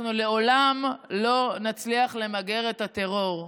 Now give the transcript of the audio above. אנחנו לעולם לא נצליח למגר את הטרור.